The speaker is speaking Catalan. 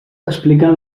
expliquen